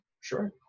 sure